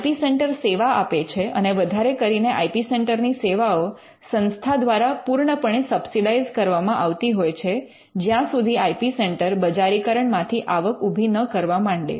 I P centre સેવા આપે છે અને વધારે કરીને આઇ પી સેન્ટર ની સેવાઓ સંસ્થા દ્વારા પૂર્ણપણે સબ્સિડાઇઝ કરવામાં આવતી હોય છે જ્યાં સુધી આઇ પી સેન્ટર બજારીકરણ માંથી આવક ઊભી ન કરવા માંડે